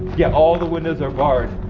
yeah all the windows are barred.